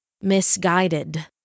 misguided